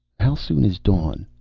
how soon is dawn?